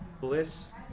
bliss